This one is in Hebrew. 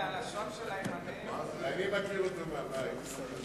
הלשון של, אני מכיר אותו מהבית.